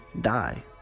die